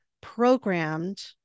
programmed